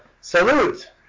Salute